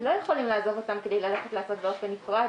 לא יכולים לעזוב אותם כדי ללכת לעשות באופן נפרד